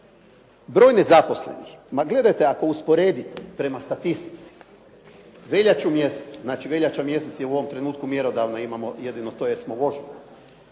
broj nezaposlenih. Ma gledajte, ako usporedite prema statistici veljaču mjesec, znači veljača mjesec je u ovom trenutku mjerodavna. Imamo jedino to jer smo u ožujku.